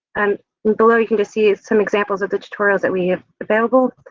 and below you can just see some examples of the tutorials that we have available,